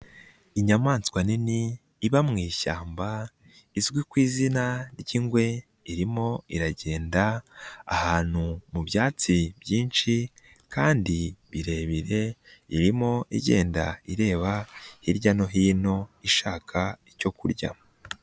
inyamaswa nini iba mu ishyamba, izwi ku izina ry'ingwe, irimo iragenda ahantu mu byatsi byinshi kandi birebire, irimo igenda ireba hirya no hino ishaka icyo kurya.